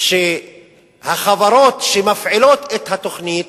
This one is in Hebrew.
שהחברות שמפעילות את התוכנית,